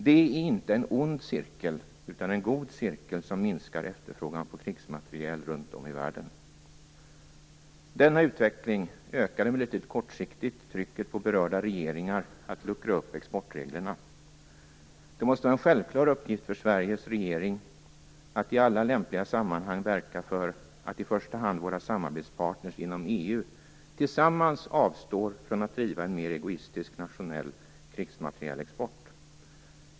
Det är inte en ond cirkel, utan en god cirkel som minskar efterfrågan på krigsmateriel runt om i världen. Denna utveckling ökar emellertid kortsiktigt trycket på berörda regeringar att luckra upp exportreglerna. Det måste vara en självklar uppgift för Sveriges regering att i alla tillämpliga sammanhang verkar för att i första hand våra samarbetspartners inom EU tillsammans avstår från att driva en mer egoistisk nationell krigsmaterielexportpolitik.